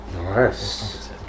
Nice